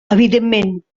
evidentment